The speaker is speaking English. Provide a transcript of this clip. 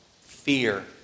fear